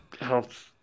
helps